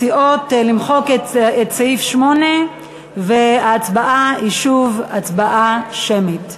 מציעות למחוק את סעיף 8. ההצבעה היא שוב הצבעה שמית.